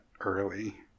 early